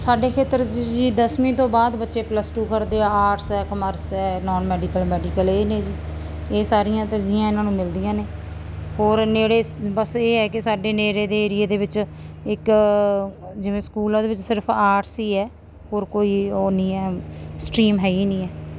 ਸਾਡੇ ਖੇਤਰ 'ਚ ਜੀ ਦਸਵੀਂ ਤੋਂ ਬਾਅਦ ਬੱਚੇ ਪਲਸ ਟੂ ਕਰਦੇ ਆਰਟਸ ਹੈ ਕਮਰਸ ਹੈ ਨੋਨ ਮੈਡੀਕਲ ਮੈਡੀਕਲ ਇਹ ਨੇ ਜੀ ਇਹ ਸਾਰੀਆਂ ਤਰਜੀਹਾਂ ਇਹਨਾਂ ਨੂੰ ਮਿਲਦੀਆਂ ਨੇ ਹੋਰ ਨੇੜੇ ਬਸ ਇਹ ਹੈ ਕਿ ਸਾਡੇ ਨੇੜੇ ਦੇ ਏਰੀਏ ਦੇ ਵਿੱਚ ਇੱਕ ਜਿਵੇਂ ਸਕੂਲ ਉਹਦੇ ਵਿੱਚ ਸਿਰਫ ਆਰਟਸ ਹੀ ਹੈ ਹੋਰ ਕੋਈ ਉਹ ਨਹੀਂ ਹੈ ਸਟਰੀਮ ਹੈ ਹੀ ਨਹੀਂ ਆ